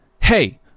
hey